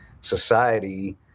society